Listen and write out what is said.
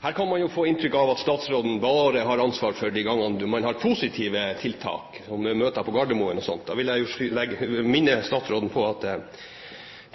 Her kan man jo få inntrykk av at statsråden bare har ansvar for de gangene man har positive tiltak, med møter på Gardermoen og sånt. Da vil jeg minne statsråden om at vi